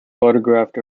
photographed